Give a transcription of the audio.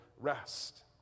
rest